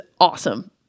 awesome